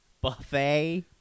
buffet